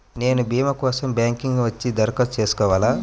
నేను భీమా కోసం బ్యాంక్కి వచ్చి దరఖాస్తు చేసుకోవాలా?